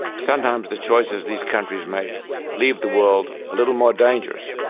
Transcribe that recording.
sometimes the choices these countries make leave the world a little more dangerous,